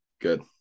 Good